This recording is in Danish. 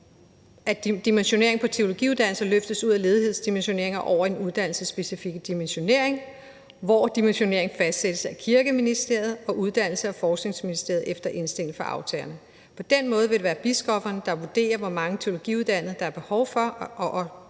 dimensioneringen på teologiuddannelsen løftes ud af ledighedsdimensioneringen og over i den uddannelsesspecifikke dimensionering, hvor dimensioneringen fastsættes af Kirkeministeriet og af Uddannelses- og Forskningsministeriet efter indstilling fra aftagerne. På den måde vil det være biskopperne, der vurderer, hvor mange teologiuddannede der er behov for,